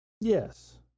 yes